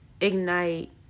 ignite